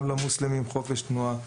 גם למוסלמים חופש תנועה,